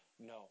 no